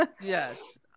Yes